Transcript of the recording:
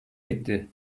etti